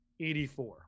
84